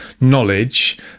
knowledge